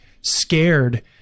scared